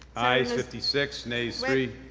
ayes fifty six, nays three.